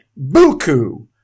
Buku